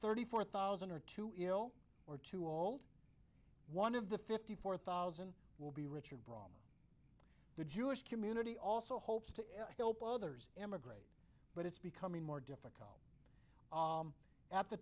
thirty four thousand are too ill or too old one of the fifty four thousand will be richer but the jewish community also hopes to help others emigrate but it's becoming more difficult at the